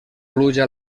pluja